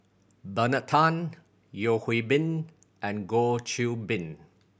Bernard Tan Yeo Hwee Bin and Goh Qiu Bin